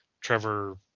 Trevor